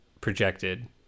projected